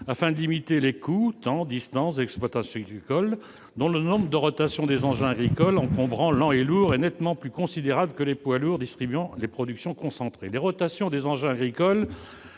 afin de limiter les coûts temps-distances des exploitants agricoles et le nombre de rotations des engins agricoles, encombrants, lents et lourds, qui est nettement plus important que celui des poids lourds distribuant les productions concentrées. Les rotations des engins agricoles